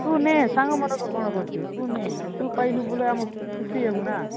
ତୁ ନେ ସାଙ୍ଗମାନଙ୍କ କ'ଣ କରୁଛୁ ତୁ ନେ ତୁ ପାଇଲେ ଆମେ ଖୁସି ହବୁନା